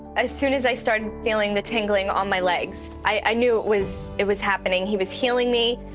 as soon as i started feeling the tingling on my legs, i knew it was it was happening. he was healing me.